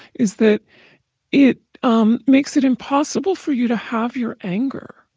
is that it um makes it impossible for you to have your anger.